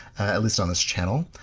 at least on this channel.